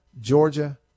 Georgia